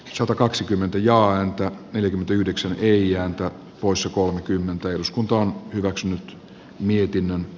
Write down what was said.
satakaksikymmentä ja antaa neljäkymmentäyhdeksän riihiranta pusu kolmekymmentä eduskunta on hyväksynyt mietinnön